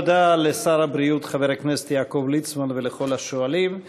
תודה לשר הבריאות חבר הכנסת יעקב ליצמן ולכל השואלים.